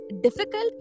difficult